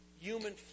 human